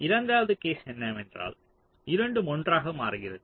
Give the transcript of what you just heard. இரண்டாவது கேஸ் என்னவென்றால் இரண்டும் ஒன்றாக மாறுகிறது